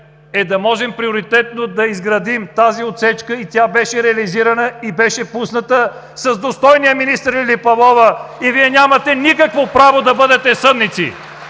е да можем приоритетно да изградим тази отсечка. Тя беше реализирана и беше пусната с достойния министър Лили Павлова. И Вие нямате никакво право да бъдете съдници!